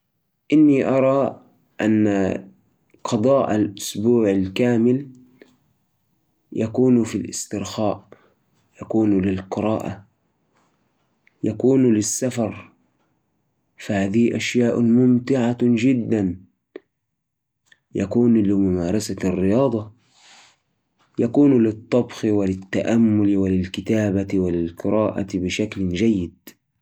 إذا تفرغت لمدة أسبوع كامل، يبدأ أول يوم بالاسترخاء. واليوم الثاني، بروح رحلة قصيره إلى مكان قريب للاستجمام في الطبيعة. أما اليوم الثالث، بسوي شويه أنشطة رياضية. واليوم الرابع، بخصصه للقراءة. في اليوم الخامس، ممكن أقابل الأصدقاء ونخرج مع بعض. اليوم السادس والسابع، بخصصهم للإسترخاء وممارسة هوايتي.